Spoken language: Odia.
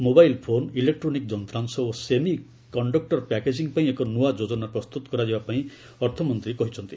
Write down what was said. ମୋବାଇଲ୍ ଫୋନ୍ ଇଲେକ୍ଟ୍ରୋନିକ ଯନ୍ତ୍ରାଂଶ ଓ ସେମି କଣ୍ଠକୁର ପ୍ୟାକେଜିଂ ପାଇଁ ଏକ ନୂଆ ଯୋଜନା ପ୍ରସ୍ତୁତ କରାଯିବା ବିଷୟ ଅର୍ଥମନ୍ତ୍ରୀ ଜଣାଇଛନ୍ତି